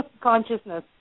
Consciousness